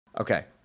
Okay